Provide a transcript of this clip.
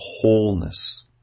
wholeness